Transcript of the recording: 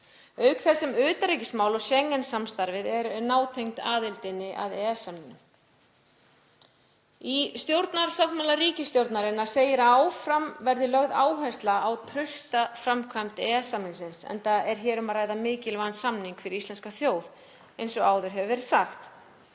auk þess sem utanríkismál og Schengen-samstarfið er nátengt aðildinni að EES-samningnum. Í stjórnarsáttmála ríkisstjórnarinnar segir að áfram verði lögð áhersla á trausta framkvæmd EES-samningsins, enda er hér um að ræða mikilvægan samning fyrir íslenska þjóð eins og áður hefur verið sagt,